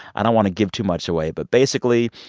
i don't want to give too much away, but basically,